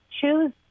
choose